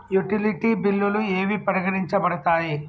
Utility బిల్లులు ఏవి పరిగణించబడతాయి?